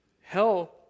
Hell